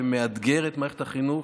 שמאתגר את מערכת החינוך.